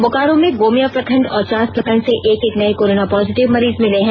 बोकारो में गोमिया प्रखंड और चास प्रखंड से एक एक नए कोरोना पॉजिटिव मरीज मिले हैं